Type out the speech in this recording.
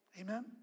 Amen